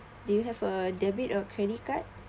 do you have a debit or credit card